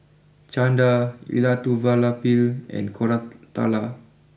Chanda Elattuvalapil and Koratala